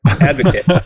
advocate